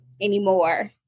anymore